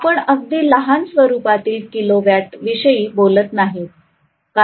आपण अगदी लहान स्वरूपातील किलोवॅट विषयी बोलत नाहीत